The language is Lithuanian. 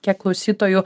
kiek klausytojų